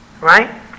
right